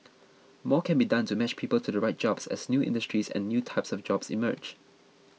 more can be done to match people to the right jobs as new industries and new types of jobs emerge